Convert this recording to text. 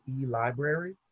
e-library